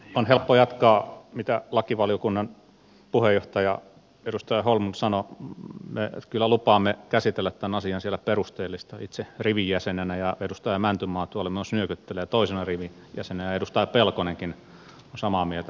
on helppo jatkaa mitä lakivaliokunnan puheenjohtaja edustaja holmlund sanoi me lupaamme kyllä käsitellä tämän asian siellä perusteellisesti itse rivijäsenenä ja edustaja mäntymaa tuolla myös nyökyttelee toisena rivijäsenenä ja edustaja pelkonenkin on samaa mieltä